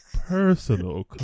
personal